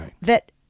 that-